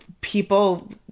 people